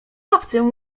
obcym